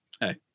hey